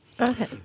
Okay